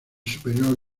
superior